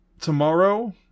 Tomorrow